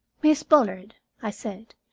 miss bullard, i said.